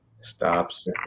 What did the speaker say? Stops